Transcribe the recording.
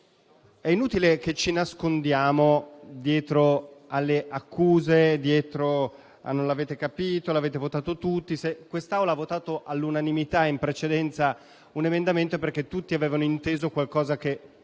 infatti, che ci nascondiamo dietro alle accuse e dietro ai: «Non l'avete capito» o «L'avete votato tutti». Quest'Assemblea ha votato all'unanimità in precedenza un emendamento perché tutti avevano inteso qualcosa che,